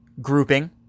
grouping